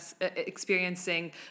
experiencing